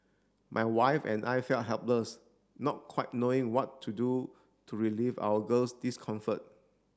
my wife and I felt helpless not quite knowing what to do to relieve our girl's discomfort